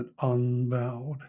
unbowed